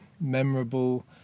memorable